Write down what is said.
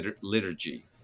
liturgy